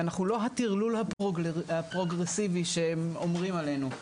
שאנחנו לא הטרלול הפרוגרסיבי שאומרים עלינו.